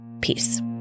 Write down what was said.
Peace